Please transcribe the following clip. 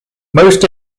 most